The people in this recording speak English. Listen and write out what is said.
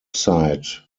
site